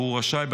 והוא רשאי,